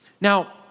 Now